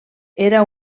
era